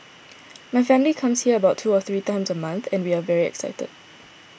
my family comes here about two or three times a month and we are very excited